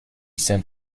sent